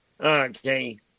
okay